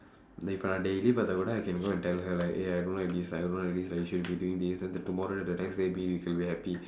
இப்ப:ippa daily பாத்தா கூட:paaththaa kuuda I can go and tell her like eh I don't like this like I don't like this like she'll be doing this then the tomorrow the next day maybe you can very happy